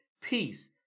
peace